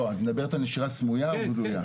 לא, את מדברת על נשירה סמויה או גלויה?